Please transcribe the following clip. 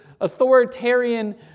authoritarian